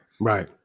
Right